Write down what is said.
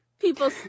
people